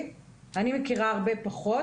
אני מכירה הרבה פחות.